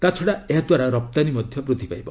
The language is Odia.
ତାଛଡ଼ା ଏହାଦ୍ୱାରା ରପ୍ତାନୀ ମଧ୍ୟ ବୃଦ୍ଧି ପାଇବ